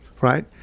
right